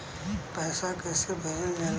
पैसा कैसे भेजल जाला?